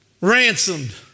ransomed